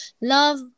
love